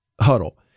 huddle